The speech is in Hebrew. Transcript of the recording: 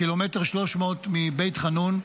1.3 ק"מ מבית חאנון,